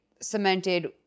cemented